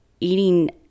eating